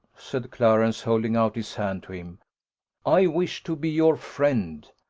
said clarence, holding out his hand to him i wish to be your friend.